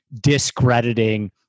discrediting